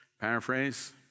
Paraphrase